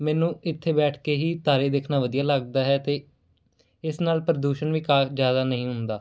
ਮੈਨੂੰ ਇੱਥੇ ਬੈਠ ਕੇ ਹੀ ਤਾਰੇ ਦੇਖਣਾ ਵਧੀਆ ਲੱਗਦਾ ਹੈ ਅਤੇ ਇਸ ਨਾਲ ਪ੍ਰਦੂਸ਼ਣ ਵਿਕਾਸ ਜ਼ਿਆਦਾ ਨਹੀਂ ਹੁੰਦਾ